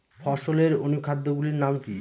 ফসলের অনুখাদ্য গুলির নাম কি?